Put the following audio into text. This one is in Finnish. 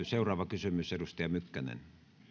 seuraava kysymys edustaja mykkänen